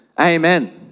Amen